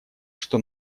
что